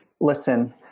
listen